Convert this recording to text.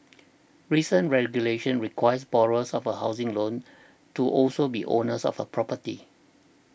recent regulation requires borrowers of a housing loan to also be owners of a property